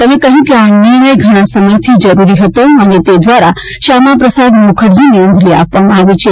તેમણે કહ્યું કે આ નિર્ણય ઘણા સમયથી જરૂરી હતો અને તે દ્વારા શ્યામાપ્રસાદ મુખરજીને અંજલિ આપવામાં આવી છે